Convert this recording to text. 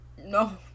No